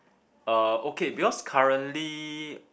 uh okay because currently